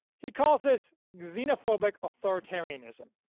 he calls this xenophobic authoritarianism.